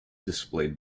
display